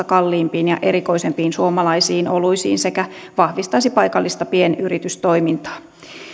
kalliimpiin ja erikoisempiin suomalaisiin oluisiin sekä vahvistaisi paikallista pienyritystoimintaa